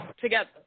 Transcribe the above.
together